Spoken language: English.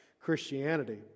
Christianity